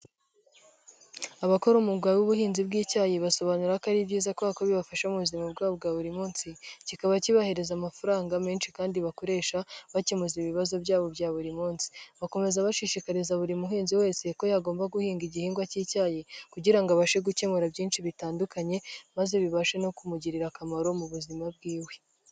Abakora umwuga w'ubuhinzi bw'icyayi basobanura ko ari byiza kubera ko bibafasha mu buzima bwabo bwa buri munsi, kikaba kibahereza amafaranga menshi kandi bakoresha bakemu ibibazo byabo bya buri munsi, bakomeza bashishikariza buri muhinzi wese ko yagomba guhinga igihingwa cy'icyayi kugira abashe gukemura byinshi bitandukanye, maze bibashe no kumugirira akamaro mu buzima bw'iwe.